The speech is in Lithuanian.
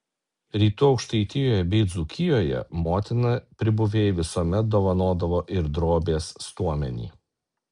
rytų aukštaitijoje bei dzūkijoje motina pribuvėjai visuomet dovanodavo ir drobės stuomenį